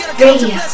radio